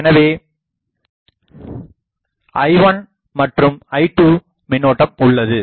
எனவே I1மற்றும் I2 மின்னோட்டம் உள்ளது